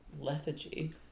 lethargy